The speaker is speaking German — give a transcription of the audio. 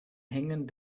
hängen